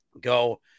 go